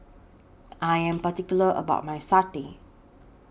I Am particular about My Satay